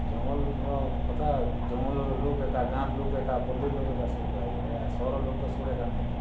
ଜଙ୍ଗଲ୍ର କଥା ଜଙ୍ଗଲ୍ର ଲୋକ୍ ଏକା ଗାଁ'ର୍ ଲୋକ୍ ଏକା ପଲ୍ଲୀର୍ ଲୋକ୍ ଏକା ସୋର୍ ପାଏବେ ଏରା ସହର୍ ର ଲୋକ୍ ତ ସୋର୍ ଏକା ନାଇଁ ପାଆନ୍